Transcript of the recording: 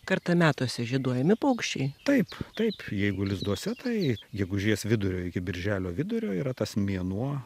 kartą metuose žieduojami paukščiai taip taip jeigu lizduose tai gegužės vidurio iki birželio vidurio yra tas mėnuo